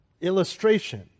illustration